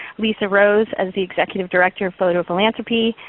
lisa rose is the executive director of photophilanthropy.